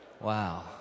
Wow